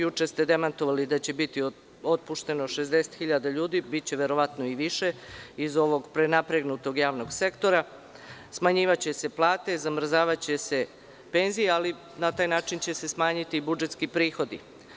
Juče ste demantovali da će biti otpušteno 50.000 ljudi, biće verovatno i više iz ovog prenapregnutog javnog sektora, smanjivaće se plate, zamrzavaće se penzije, ali na taj način će se smanjiti i budžetski prihodi.